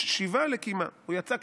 אתה,